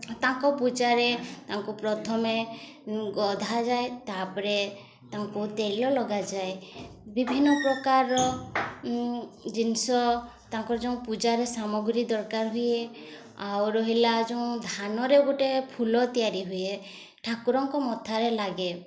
ତାଙ୍କ ପୂଜାରେ ତାଙ୍କୁ ପ୍ରଥମେ ଗଧାଯାଏ ତା'ପରେ ତାଙ୍କୁ ତେଲ ଲଗାଯାଏ ବିଭିନ୍ନ ପ୍ରକାରର ଜିନିଷ ତାଙ୍କର ଯୋଉ ପୂଜାରେ ସାମଗ୍ରୀ ଦରକାର ହୁଏ ଆଉ ରହିଲା ଯେଉଁ ଧାନରେ ଗୋଟେ ଫୁଲ ତିଆରି ହୁଏ ଠାକୁରଙ୍କ ମଥାରେ ଲାଗେ